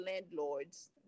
landlords